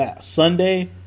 Sunday